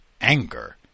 anger